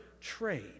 trade